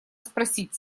спросить